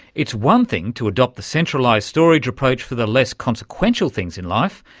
it's one thing to adopt the centralised storage approach for the less consequential things in life,